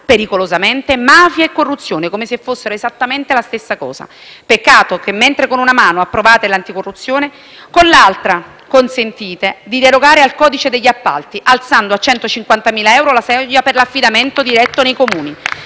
pericolosamente mafia e corruzione, come se fossero esattamente la stessa cosa. Peccato che mentre con una mano approvate l'anticorruzione, con l'altra consentite di derogare al codice degli appalti, alzando a 150.000 euro la soglia per l'affidamento diretto nei Comuni.